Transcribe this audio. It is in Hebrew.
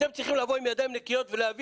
אתם צריכים לבוא עם ידיים נקיות ולהגיד